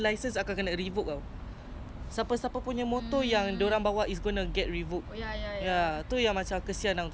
err but that [one] must have a family yang boleh pakai nama dia orang ah